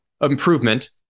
improvement